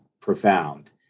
profound